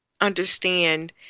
understand